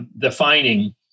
defining